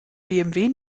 bmw